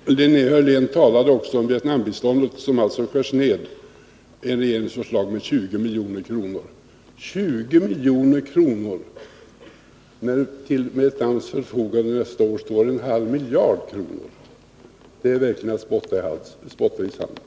Herr talman! Linnea Hörlén talade också om Vietnambiståndet, som alltså skärs ned enligt regeringens förslag med 20 milj.kr. 20 milj.kr. när det till Vietnams förfogande nästa år står en halv miljard kronor! Det är verkligen att spotta i havet.